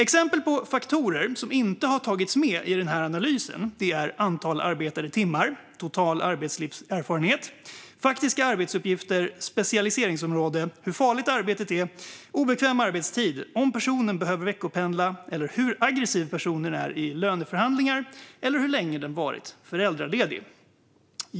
Exempel på faktorer som inte har tagits med i analysen är antal arbetade timmar, total arbetslivserfarenhet, faktiska arbetsuppgifter, specialiseringsområde, hur farligt arbetet är, obekväm arbetstid, om personen behöver veckopendla, hur aggressiv personen är i löneförhandlingar och hur länge personen varit föräldraledig.